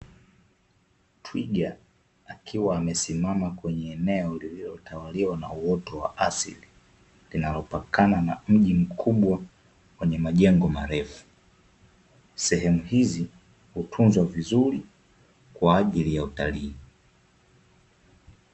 Twiga akiwa amesimama kwenye eneo lililotawaliwa na uoto wa asili, linalopakana na mji mkubwa wenye majengo marefu, sehemu hizi hutunzwa vizuri kwaajili ya utalii.